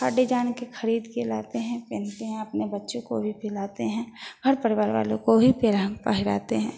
हर design के ख़रीदकर लाते हैं पहनते हैं अपने बच्चों को भी पहनाते हैं हर परिवार वालों को भी पहना पहनाते हैं